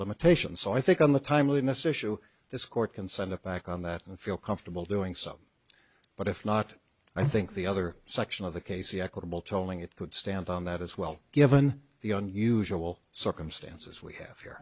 limitations so i think on the timeliness issue this court can send it back on that and feel comfortable doing so but if not i think the other section of the case the equitable tolling it could stand on that as well given the unusual circumstances we have here